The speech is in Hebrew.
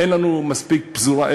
אין לנו מספיק פזורה,